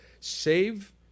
save